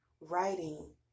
writing